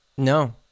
No